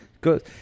Good